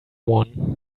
one